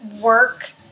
work